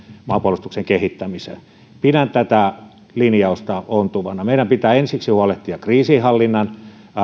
maanpuolustuksen kehittämiseen pidän tätä linjausta ontuvana meidän pitää ensiksi huolehtia kriisinhallinnan